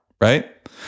right